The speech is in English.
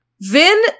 Vin